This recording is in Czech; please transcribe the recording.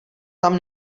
tam